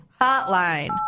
Hotline